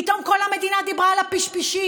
פתאום כל המדינה דיברה על הפשפשים,